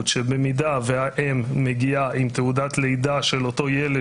שאם האם מגיעה עם תעודת לידה של אותו ילד,